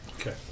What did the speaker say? Okay